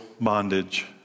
bondage